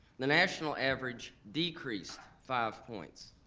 the national average decreased five points.